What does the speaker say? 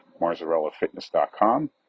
marzarellafitness.com